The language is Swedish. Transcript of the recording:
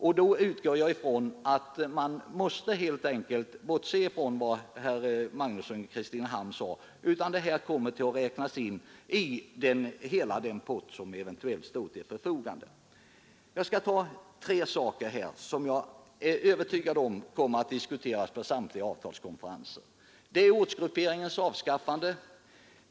Jag utgår från att man därvid måste bortse från vad herr Magnusson i Kristinehamn sade; detta krav måste tillgodoses inom ramen för den pott som eventuellt kommer att stå till förfogande. Jag skall nämna tre krav som jag är övertygad om kommer att diskuteras på samtliga avtalskonferenser. Det är för det första dyrortsgrupperingens avskaffande.